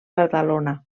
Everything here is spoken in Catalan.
badalona